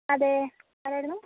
അതേ ആരായിരുന്നു